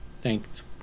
Thanks